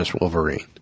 Wolverine